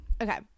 Okay